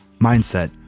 mindset